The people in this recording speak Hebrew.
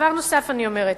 דבר נוסף אני אומרת: